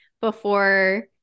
before-